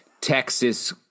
Texas